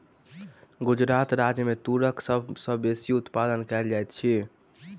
गुजरात राज्य मे तूरक सभ सॅ बेसी उत्पादन कयल जाइत अछि